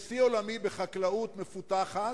יש שיא עולמי בחקלאות מפותחת,